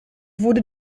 wurde